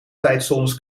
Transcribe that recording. tijdzones